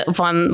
van